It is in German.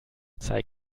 zeig